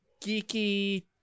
Geeky